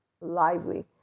lively